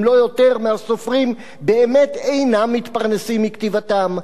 אם לא יותר, מהסופרים באמת אינם מתפרנסים מכתיבתם,